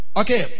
Okay